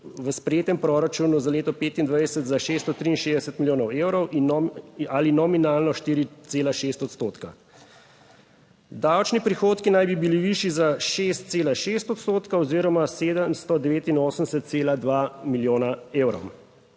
v sprejetem proračunu za leto 2025 za 663 milijonov evrov in ali nominalno 4,6 odstotka. Davčni prihodki naj bi bili višji za 6,6 odstotka oziroma 789,2 milijona evrov.